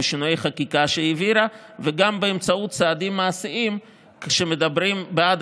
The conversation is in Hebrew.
ושינויי חקיקה שהעבירה וגם באמצעות צעדים מעשיים שמדברים בעד